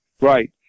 Right